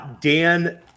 Dan